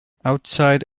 outside